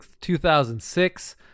2006